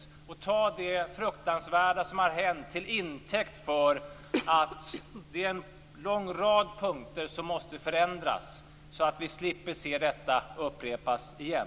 Vi måste ta det fruktansvärda som har hänt till intäkt för att en lång rad punkter måste förändras så att vi slipper se detta upprepas igen.